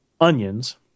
onions